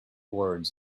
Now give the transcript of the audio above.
words